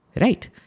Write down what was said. Right